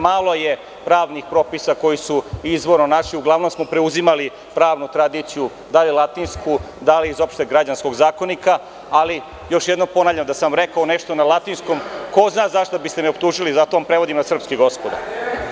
Malo je pravnih propisa koji su izvorno naši, uglavnom smo preuzimali pravnu tradiciju, da li latinsku, da li iz Opšteg građanskog zakonika, ali, još jednom ponavljam, da sam rekao nešto na latinskom ko zna za šta biste me optužili, zato vam prevodim na srpski, gospodo.